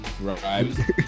Right